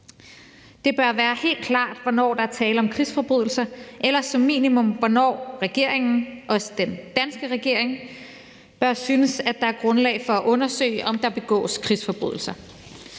Det bør være helt klart, hvornår der er tale om krigsforbrydelser, eller som minimum, hvornår regeringer, også den danske regering, bør synes, at der er grundlag for at undersøge, om der begås krigsforbrydelser